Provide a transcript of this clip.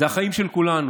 זה החיים של כולנו.